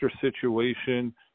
situation